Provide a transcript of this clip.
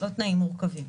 לא תנאים מורכבים.